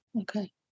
Okay